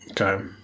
Okay